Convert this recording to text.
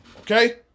okay